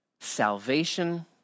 salvation